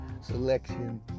selection